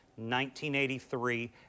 1983